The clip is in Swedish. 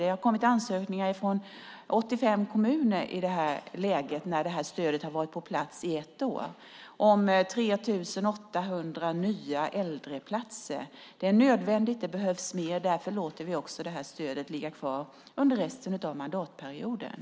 Det har kommit ansökningar från 85 kommuner, när stödet har varit på plats i ett år, om 3 800 nya äldreplatser. Det är nödvändigt. Det behövs mer. Därför låter vi stödet finnas kvar under resten av mandatperioden.